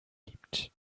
gibt